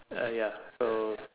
uh ya so